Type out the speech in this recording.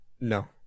No